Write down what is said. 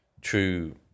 true